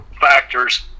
factors